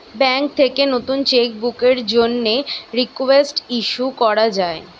bank থেকে নতুন cheque বুকের জন্যে রিকোয়েস্ট ইস্যু করা যায়